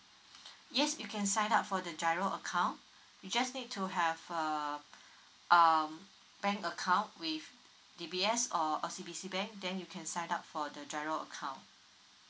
yes you can sign up for the giro account you just need to have a uh bank account with D_B_S or O_C_B_C bank then you can sign up for the giro account